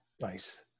Nice